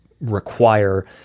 require